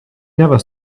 never